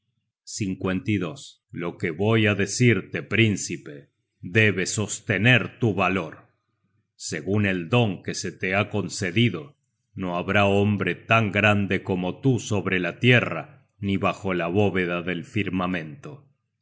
obra de grimhilda lo que voy á decirte príncipe debe sostener tu valor segun el don que te se ha concedido no habrá hombre tan grande como tú sobre la tierra ni bajo la bóveda del firmamento